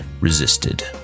resisted